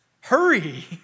hurry